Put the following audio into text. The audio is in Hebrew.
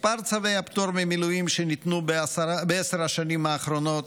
מספר צווי הפטור ממילואים שניתנו בעשר השנים האחרונות,